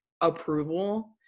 approval